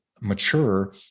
mature